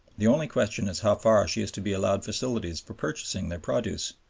the only question is how far she is to be allowed facilities for purchasing their produce.